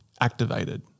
activated